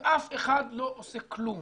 ואף אחד לא עושה כלום.